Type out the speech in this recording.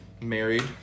married